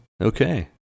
Okay